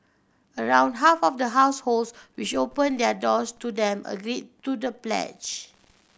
around half of the households which opened their doors to them agreed to the pledge